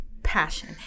Passion